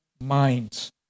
minds